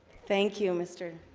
thank you mr.